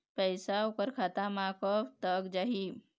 पैसा ओकर खाता म कब तक जाही?